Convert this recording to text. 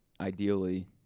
ideally